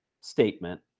statement